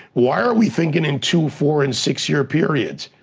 why are we thinking in two, four, and six-year periods?